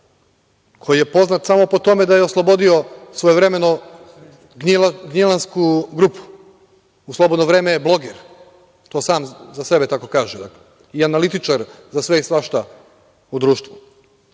koji je poznat samo po tome da je oslobodio svojevremeno gnjilansku grupu, a u slobodno vreme je bloger, to sam za sebe tako kaže, i analitičar za sve i svašta u društvu. Onda